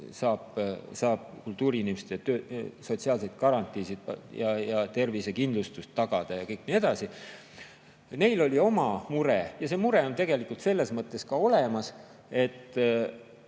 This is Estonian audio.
saab kultuuriinimeste sotsiaalseid garantiisid ja tervisekindlustust tagada ja nii edasi. Neil oli oma mure ja see mure on selles mõttes ka olemas, et